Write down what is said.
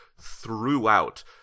throughout